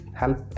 help